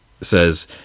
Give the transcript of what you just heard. says